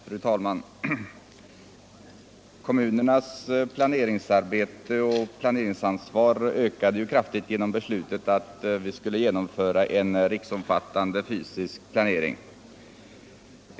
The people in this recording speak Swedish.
Fru talman! Kommunernas planeringsarbete och planeringsansvar ökade kraftigt genom beslutet att genomföra en riksomfattande fysisk planering.